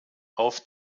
auf